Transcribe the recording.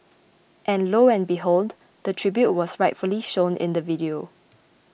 and lo and behold the tribute was rightfully shown in the video